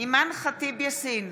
אימאן ח'טיב יאסין,